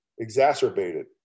exacerbated